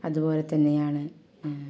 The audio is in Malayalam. അതുപോലെതന്നെയാണ്